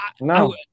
No